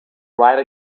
ride